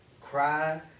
cry